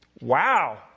Wow